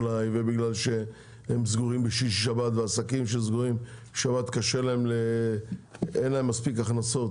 בגלל שהם סגורים בשישי-שבת ולעסקים שסגורים בשבת אין מספיק הכנסות,